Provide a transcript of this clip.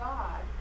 God